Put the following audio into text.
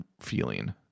feeling